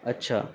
اچھا